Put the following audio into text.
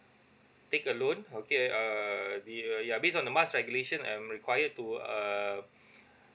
take a loan okay err the uh ya based on the mas regulation I'm required to uh